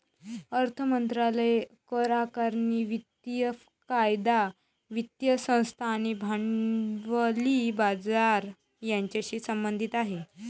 अर्थ मंत्रालय करआकारणी, वित्तीय कायदा, वित्तीय संस्था आणि भांडवली बाजार यांच्याशी संबंधित आहे